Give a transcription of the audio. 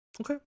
Okay